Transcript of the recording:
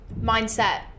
mindset